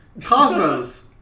Cosmos